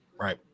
right